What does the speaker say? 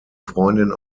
freundin